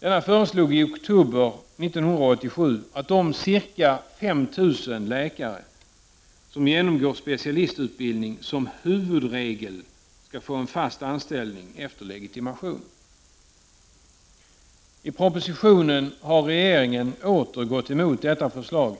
Denna utredning föreslog i oktober 1987 att de ca 5 000 läkare som genomgår specialistutbildning som huvudregel skall få fast anställning efter det att de har fått sin legitimation. I propositionen har regeringen åter gått emot detta förslag